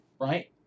right